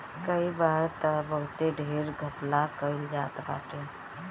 कई बार तअ बहुते ढेर घपला कईल जात बाटे